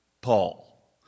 Paul